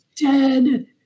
dead